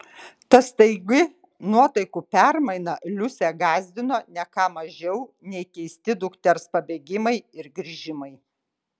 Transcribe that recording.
ta staigi nuotaikų permaina liusę gąsdino ne ką mažiau nei keisti dukters pabėgimai ir grįžimai